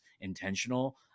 intentional